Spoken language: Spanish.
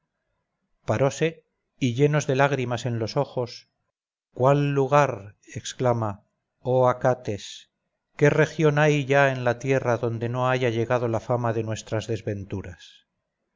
parose y llenos de lágrimas en los ojos cuál lugar exclama oh acates qué región hay ya en la tierra adonde no haya llegado la fama de nuestras desventuras